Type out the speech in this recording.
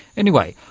anyway,